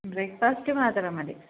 breakfast മാത്രം മതി